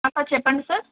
చెప్పండి సార్